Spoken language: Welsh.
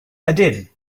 ydyn